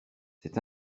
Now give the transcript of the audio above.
c’est